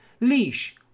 Leash